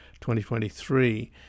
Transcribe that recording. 2023